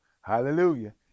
Hallelujah